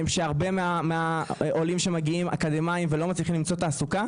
הרבה מהעולים שמגיעים הם אקדמאים אבל הם לא מצליחים תעסוקה.